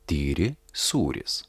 tyri sūris